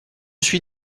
suis